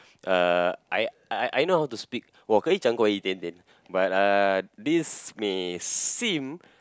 uh I I I know how to speak 我可以讲过一点点 but uh this may seem